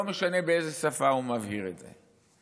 לא משנה באיזה שפה הוא מבהיר את זה.